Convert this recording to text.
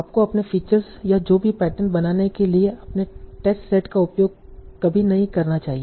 आपको अपने फीचर्स या जो भी पैटर्न बनाने के लिए अपने टेस्ट सेट का उपयोग कभी नहीं करना चाहिए